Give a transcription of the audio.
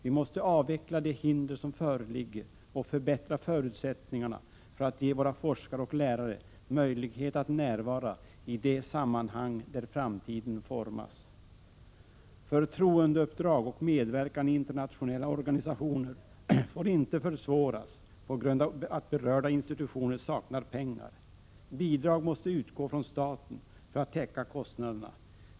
Vi måste avveckla de hinder som föreligger och förbättra förutsättningarna för att ge våra forskare och lärare möjlighet att närvara i de sammanhang där framtiden formas. Förtroendeuppdrag och medverkan i internationella organisationer får inte försvåras på grund av att berörda institutioner saknar pengar. Bidrag måste utgå från staten för att täcka kostnaderna.